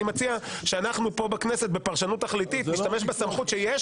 אני מציע שאנחנו כאן בכנסת בפרשנות תכליתית נשתמש בסמכות שיש